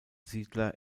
siedler